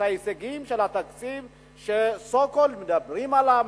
את ההישגים של התקציב ש-so called מדברים עליו,